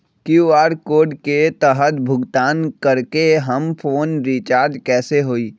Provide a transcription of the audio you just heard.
QR code के तहद भुगतान करके हम फोन रिचार्ज कैसे होई?